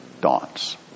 dawns